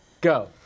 go